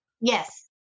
Yes